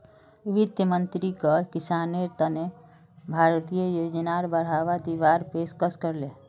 वित्त मंत्रीक किसानेर तने भारतीय योजनाक बढ़ावा दीवार पेशकस करले